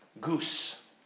goose